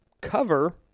cover